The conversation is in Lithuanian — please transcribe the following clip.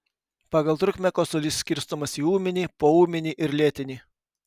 pagal trukmę kosulys skirstomas į ūminį poūminį ir lėtinį